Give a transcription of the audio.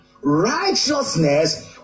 righteousness